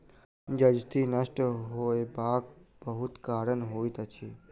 जजति नष्ट होयबाक बहुत कारण होइत अछि